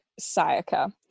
Sayaka